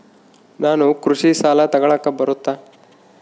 ನಾನು ಕೃಷಿ ಸಾಲ ತಗಳಕ ಬರುತ್ತಾ?